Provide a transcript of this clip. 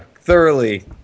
thoroughly